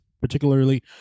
particularly